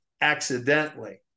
accidentally